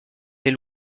des